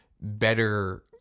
better